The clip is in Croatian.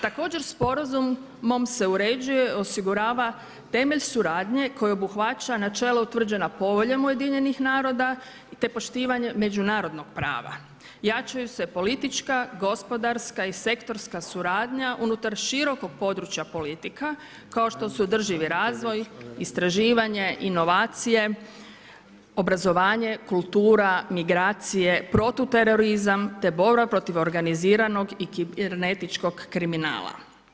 Također sporazumom se uređuje i osigurava temelj suradnje koji obuhvaća načela utvrđena Poveljom UN-a te poštivanje međunarodnog prava, jačaju se politička, gospodarska i sektorska suradnja unutar širokog područja politika kao što su održivi razvoj, istraživanje, inovacije, obrazovanje, kultura, migracije, protuterorizam te borba protiv organiziranog i neetičkog kriminala.